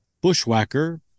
bushwhacker